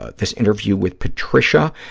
ah this interview with patricia,